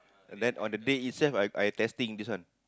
and then on the day itself I I testing this one